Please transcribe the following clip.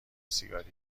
سیگاری